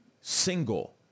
single